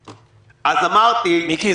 מיקי,